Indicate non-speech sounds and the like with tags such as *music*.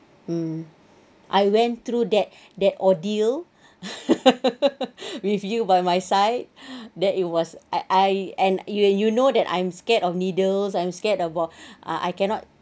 mm I went through that that ordeal *laughs* with you by my side that it was I I and you know that I'm scared of needles I'm scared about ah I cannot